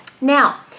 Now